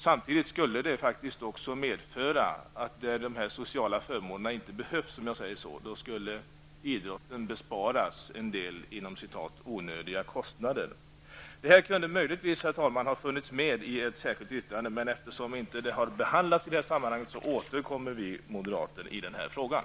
Samtidigt skulle det faktiskt medföra att där de sociala förmånerna inte behövs, om jag säger så, skulle idrotten besparas en del ''onödiga'' kostnader. Detta kunde möjligtvis, herr talman, ha funnits med i ett särskilt yttrande, men eftersom motionen inte har behandlats i det här sammanhanget återkommer vi moderater i frågan.